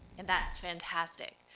and that's fantastic.